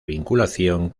vinculación